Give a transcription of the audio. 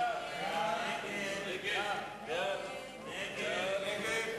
חסון, גדעון עזרא, יעקב אדרי,